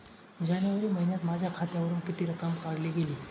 जानेवारी महिन्यात माझ्या खात्यावरुन किती रक्कम काढली गेली?